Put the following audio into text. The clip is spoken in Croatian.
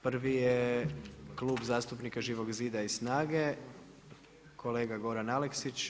Prvi je Klub zastupnika Živog zida i SNAGA-e kolega Goran Aleksić.